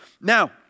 Now